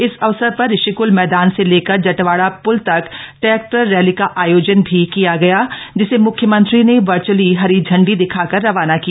इस अवसर प्र ऋषिक्ल मैदान से लेकर जटवाड़ा प्र्ल तक ट्रैक्टर रैली का आयोजन भी किया गया जिसे मुख्यमंत्री ने वर्च्अली हरी झंडी दिखाकर रवाना किया